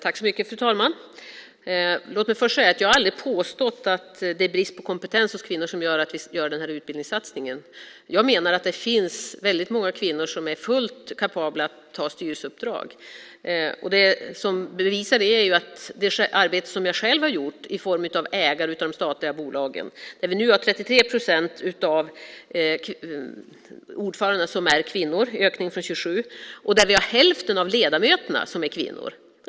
Fru talman! Låt mig först säga att jag aldrig har påstått att det är brist på kompetens hos kvinnor som gör att vi gör den här utbildningssatsningen. Jag menar att det finns väldigt många kvinnor som är fullt kapabla att ta styrelseuppdrag. Det som bevisar det är det arbete som jag själv har gjort i form av ägare av de statliga bolagen, där 33 procent av ordförandena nu är kvinnor - en ökning från 27 - och där hälften av ledamöterna är kvinnor.